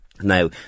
Now